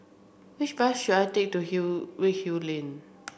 which bus should I take to hill Redhill Lane